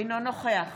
אינו נוכח